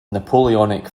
napoleonic